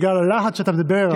בגלל הלהט שאתה מדבר,